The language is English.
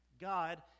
God